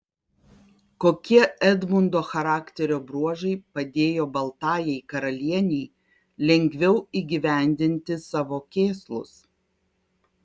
kokie edmundo charakterio bruožai padėjo baltajai karalienei lengviau įgyvendinti savo kėslus